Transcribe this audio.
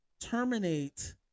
terminate